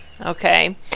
Okay